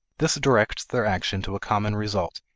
this directs their action to a common result,